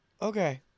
Okay